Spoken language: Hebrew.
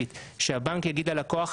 אתם צריכים להבין שהתחרות במערכת הבנקאית נפתחת.